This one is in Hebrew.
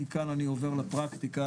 מכאן אני עובר לפרקטיקה,